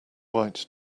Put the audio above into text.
white